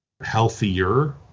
healthier